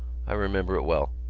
i remember it well.